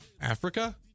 Africa